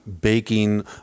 baking